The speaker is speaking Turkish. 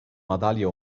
madalya